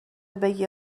بگی